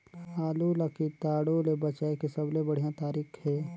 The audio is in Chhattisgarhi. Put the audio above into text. आलू ला कीटाणु ले बचाय के सबले बढ़िया तारीक हे?